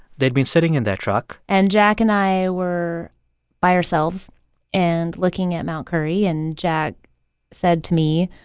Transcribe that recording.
they'd been sitting in their truck and jack and i were by ourselves and looking at mount currie. and jack said to me,